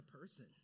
person